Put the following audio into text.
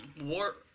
war